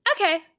Okay